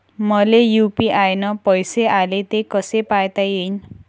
मले यू.पी.आय न पैसे आले, ते कसे पायता येईन?